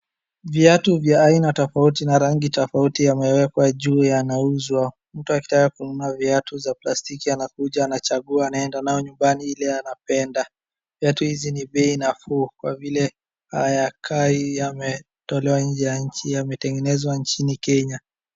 Viatu vya aina tofauti na rangi tofauti yamewekwa juu yanauzwa. Mtu akitaka kununua viatu za plastiki anakuja anachagua anaenda nayo nyumbani ile anapenda. Viatu hizi ni bei nafuu kwa vile hayakai yametolewa nje ya nchi, yametengenezwa nchini Kenya.